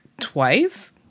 twice